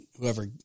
whoever